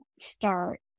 start